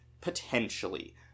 potentially